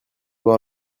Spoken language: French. voir